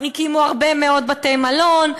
הקימו הרבה מאוד בתי-מלון,